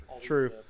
True